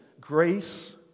Grace